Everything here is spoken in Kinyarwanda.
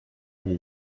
hari